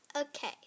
Okay